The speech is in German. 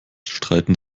streiten